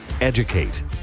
educate